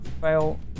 fail